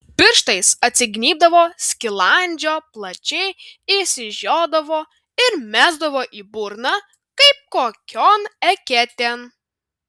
pirštais atsignybdavo skilandžio plačiai išsižiodavo ir mesdavo į burną kaip kokion eketėn